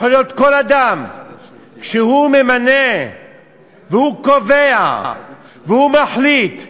יכול להיות כל אדם שהוא ממנה והוא קובע והוא מחליט,